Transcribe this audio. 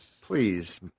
please